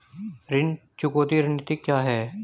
ऋण चुकौती रणनीति क्या है?